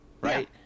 right